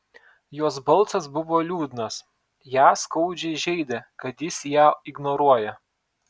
jos balsas buvo liūdnas ją skaudžiai žeidė kad jis ją ignoruoja